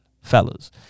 fellas